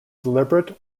deliberate